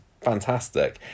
fantastic